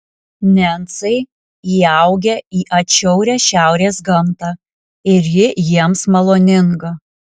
nencai įaugę į atšiaurią šiaurės gamtą ir ji jiems maloninga